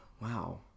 Wow